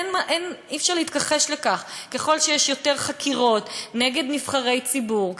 אי-אפשר להתכחש לכך: ככל שיש יותר חקירות נגד נבחרי ציבור,